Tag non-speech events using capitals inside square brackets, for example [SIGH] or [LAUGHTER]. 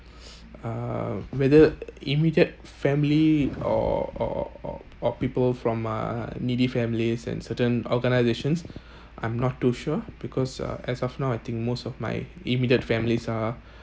uh whether immediate family or or or or people from uh needy families and certain organisations [BREATH] I'm not too sure because uh as of now I think most of my immediate families are